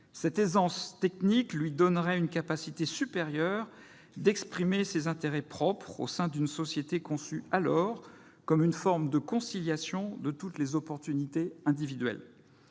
Cette aisance technique lui donnerait une capacité supérieure à affirmer ses intérêts propres au sein d'une société conçue comme une forme de conciliation de toutes les opportunités individuelles.